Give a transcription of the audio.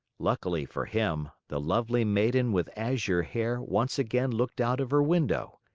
luckily for him, the lovely maiden with azure hair once again looked out of her window.